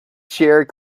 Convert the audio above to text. share